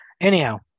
Anyhow